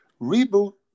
Reboot